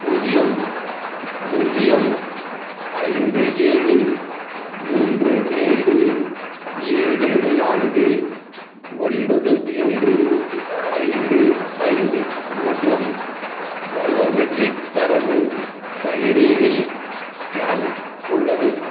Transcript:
பூஜ்ஜியம் பூஜ்ஜியம் ஐந்து ஏழு மூன்று மூன்று ஏழு நான்கு ஒன்பது மூன்று ஐந்து ஐந்து மற்றும் பயோமெட்ரிக் தரவு கைரேகை ஸ்கேன் உள்ளது